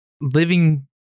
living